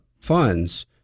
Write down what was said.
funds